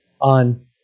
on